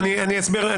אני אסביר.